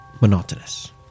monotonous